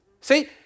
See